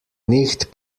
nicht